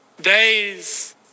days